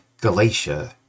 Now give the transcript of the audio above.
Galatia